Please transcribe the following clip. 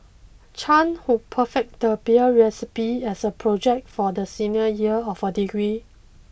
Chan who perfected the beer recipe as a project for the senior year of her degree